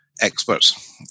experts